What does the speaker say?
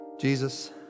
Jesus